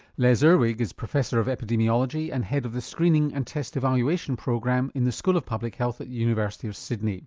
les irwig is professor of epidemiology and head of the screening and test evaluation program in the school of public health at the university of sydney.